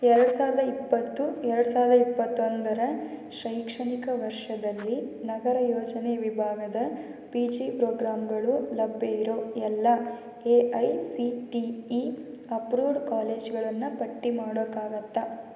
ಎರಡು ಸಾವಿರದ ಇಪ್ಪತ್ತು ಎರಡು ಸಾವಿರದ ಇಪ್ಪತ್ತೊಂದರ ಶೈಕ್ಷಣಿಕ ವರ್ಷದಲ್ಲಿ ನಗರ ಯೋಜನೆ ವಿಭಾಗದ ಪಿ ಜಿ ಪ್ರೋಗ್ರಾಂಗಳು ಲಭ್ಯ ಇರೋ ಎಲ್ಲ A I C T E approved ಕಾಲೇಜುಗಳನ್ನು ಪಟ್ಟಿ ಮಾಡೋಕ್ಕಾಗತ್ತಾ